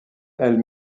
elle